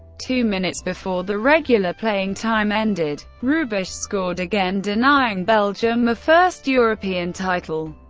two minutes before the regular playing time ended, hrubesch scored again denying belgium a first european title.